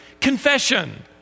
confession